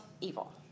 evil